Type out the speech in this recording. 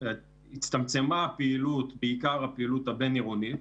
הצטמצמה הפעילות, בעיקר הפעילות הבין-עירונית,